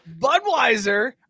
Budweiser